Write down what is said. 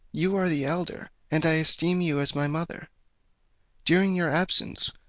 you are the elder, and i esteem you as my mother during your absence,